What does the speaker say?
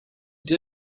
they